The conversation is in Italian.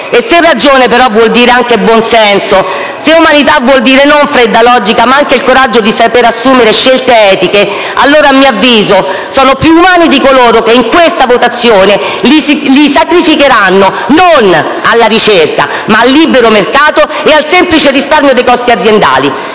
E se ragione, però, vuol dire anche buonsenso, se umanità vuol dire non fredda logica ma anche coraggio di saper assumere scelte etiche, allora, a mio avviso, quegli animali sono più umani di coloro che in questa votazione li sacrificheranno, non alla ricerca, ma al libero mercato e al semplice risparmio dei costi aziendali!